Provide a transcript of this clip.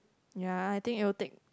ya I think it will take